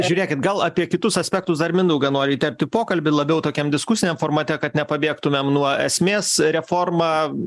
žiūrėkit gal apie kitus aspektus dar mindaugą noriu įterpt į pokalbį labiau tokiam diskusiniam formate kad nepabėgtumėm nuo esmės reforma